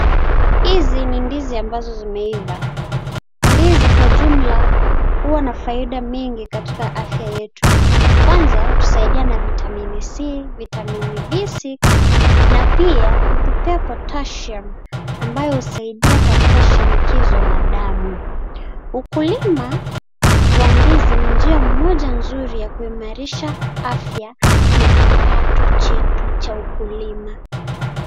Hizi ni ndizi ambazo zimeiva, ndizi kwa jumla huwa na faida mingi katika afya yetu kwanza hutusaidia na vitamin c vitamin b six na pia hutupee potassium ambayo husaidia katika shinikizo la damu, ukulima wa ndizi ni njia moja nzuri ya kuimarisha afya na kipato chetu cha ukulima.